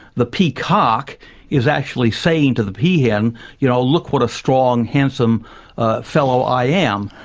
the peacock is actually saying to the peahen, you know look what a strong, handsome fellow i am.